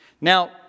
Now